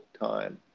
time